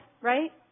right